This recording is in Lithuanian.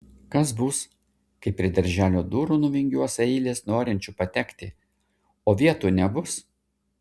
kas bus kai prie darželio durų nuvingiuos eilės norinčių patekti o vietų nebus